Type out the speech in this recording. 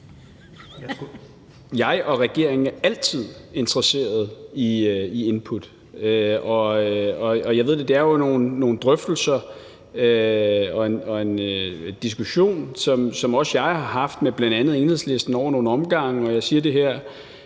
Jeg og regeringen er altid interesseret i input. Det er jo nogle drøftelser og en diskussion, som også jeg har haft med bl.a. Enhedslisten over nogle omgange, og det, jeg siger,